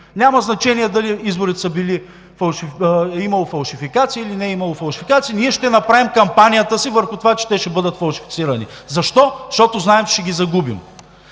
Няма значение дали в изборите е имало фалшификации, или не е имало фалшификации, ние ще направим кампанията си върху това, че те ще бъдат фалшифицирани. Защо? Защото знаем, че ще ги загубим.